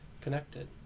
connected